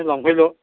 नों लांफैल'